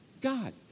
God